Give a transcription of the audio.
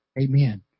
Amen